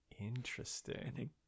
Interesting